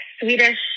Swedish